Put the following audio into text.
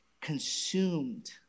consumed